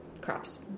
crops